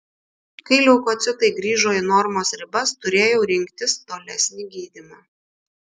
kai leukocitai grįžo į normos ribas turėjau rinktis tolesnį gydymą